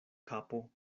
kapo